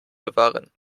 bewahren